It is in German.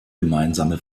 gemeinsame